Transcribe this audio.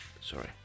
sorry